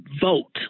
vote